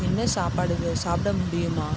என்ன சாப்பாடு இதை சாப்பிட முடியுமா